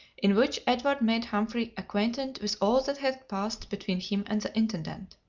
in which edward made humphrey acquainted with all that had passed between him and the intendant.